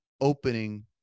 opening